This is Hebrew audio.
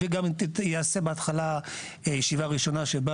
וגם יעשה בהתחלה ישיבה ראשונה שבה